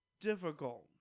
difficult